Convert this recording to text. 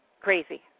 crazy